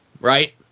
right